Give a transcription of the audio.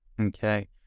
Okay